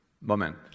moment